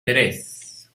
tres